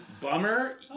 bummer